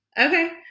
Okay